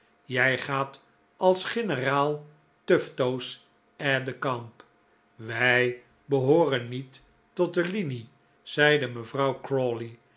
jij gaat als generaal tufto's aide de camp wij behooren niet tot de linie zeide mevrouw